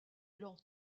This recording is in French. leur